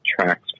tracks